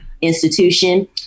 institution